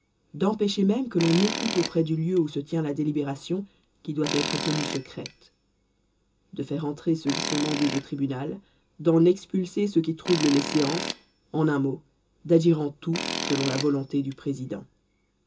d'empêcher même que l'on écoute auprès du lieu où se tient la délibération qui doit être tenue secrète de faire entrer ceux qui sont mandés au tribunal d'en expulser ceux qui troublent les séances en un mot d'agir en tout selon la volonté du président